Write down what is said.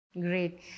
Great